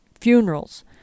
funerals